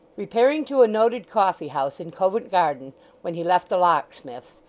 repairing to a noted coffee-house in covent garden when he left the locksmith's,